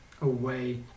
away